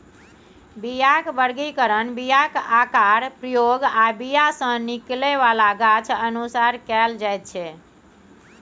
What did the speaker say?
बीयाक बर्गीकरण बीयाक आकार, प्रयोग आ बीया सँ निकलै बला गाछ अनुसार कएल जाइत छै